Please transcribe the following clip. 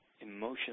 emotional